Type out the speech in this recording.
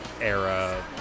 era